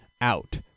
out